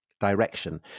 direction